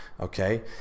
okay